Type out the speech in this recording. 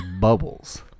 bubbles